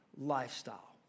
lifestyle